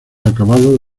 acabados